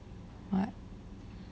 what